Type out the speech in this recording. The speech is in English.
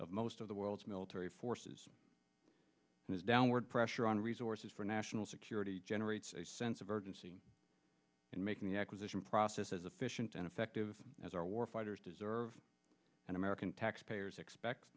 of most of the world's military forces and this downward pressure on resources for national security generates a sense of urgency in making the acquisition process as efficient and effective as our war fighters deserve and american taxpayers expect